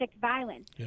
violence